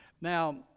Now